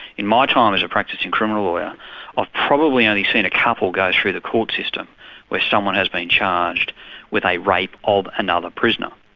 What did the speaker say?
in my time as a practising criminal lawyer i've ah probably only seen a couple go through the court system where someone has been charged with a rape of another prisoner,